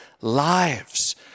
lives